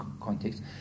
context